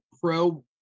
pro